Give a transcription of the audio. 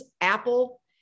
Apple